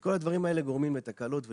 כל הדברים האלה גורמים לתקלות ולדליפות.